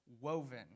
Woven